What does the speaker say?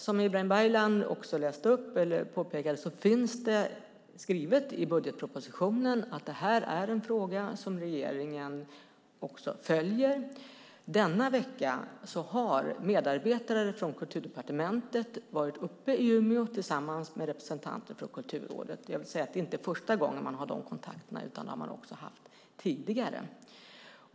Som Ibrahim Baylan också påpekade finns det skrivet i budgetpropositionen att detta är en fråga som regeringen följer. Denna vecka har medarbetare från Kulturdepartementet varit uppe i Umeå tillsammans med representanter för Kulturrådet. Det är inte första gången man har dessa kontakter, utan dem har man haft också tidigare.